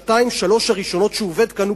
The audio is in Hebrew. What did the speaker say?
השנתיים-שלוש הראשונות שהוא עובד כאן,